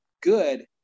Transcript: good